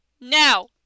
now